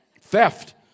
Theft